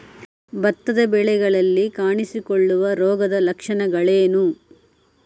ಭತ್ತದ ಬೆಳೆಗಳಲ್ಲಿ ಕಾಣಿಸಿಕೊಳ್ಳುವ ರೋಗದ ಲಕ್ಷಣಗಳೇನು?